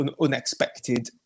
unexpected